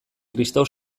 kristau